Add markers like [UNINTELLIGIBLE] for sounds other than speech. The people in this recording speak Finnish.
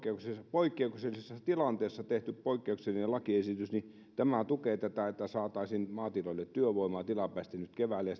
poikkeuksellisessa tilanteessa tehty poikkeuksellinen lakiesitys tukee tätä että saataisiin maatiloille työvoimaa tilapäisesti nyt keväälle [UNINTELLIGIBLE]